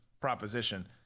proposition